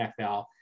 NFL